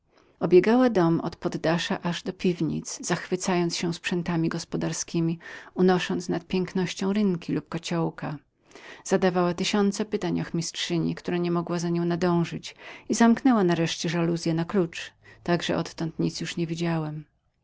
obiegła dom od poddasza aż do piwnic zachwycając się nad sprzętami gospodarskiemi unosząc nad pięknością rynki lub kociołka zadawała tysięce pytań ochmistrzyni która niemogła za nią nadążyć i zamknęła nareszcie żaluzye na klucz tak że odtąd nic już nie widziałem